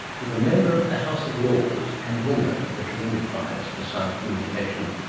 with a member of the house of lords, and winner of the kalinga prize for science communication.